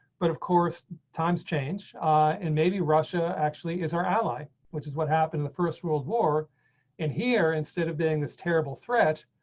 but of course times change and maybe russia actually is our ally, which is what happened in the first world war and here instead of being this terrible threat.